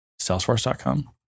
salesforce.com